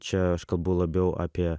čia aš kalbu labiau apie